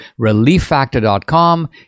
relieffactor.com